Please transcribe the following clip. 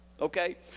okay